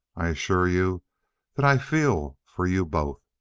i assure you that i feel for you both.